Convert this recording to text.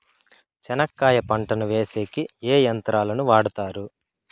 చెనక్కాయ పంటను వేసేకి ఏ యంత్రాలు ను వాడుతారు?